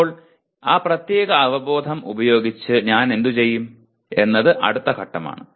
ഇപ്പോൾ ആ പ്രത്യേക അവബോധം ഉപയോഗിച്ച് ഞാൻ എന്തുചെയ്യും എന്നത് അടുത്ത ഘട്ടമാണ്